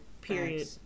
Period